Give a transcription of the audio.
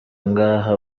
ngaha